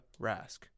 Rask